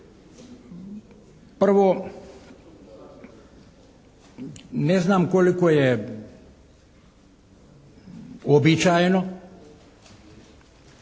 Prvo, ne znam koliko je uobičajeno